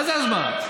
מה זה אז מה?